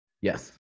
yes